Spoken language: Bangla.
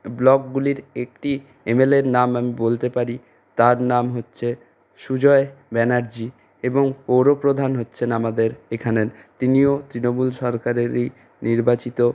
ব্লকগুলির একটি এমএলের নাম আমি বলতে পারি তার নাম হচ্ছে সুজয় ব্যানার্জি এবং পৌর প্রধান হচ্ছেন আমাদের এখানের তিনিও তৃণমূল সরকারেরই নির্বাচিত